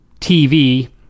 TV